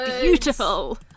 beautiful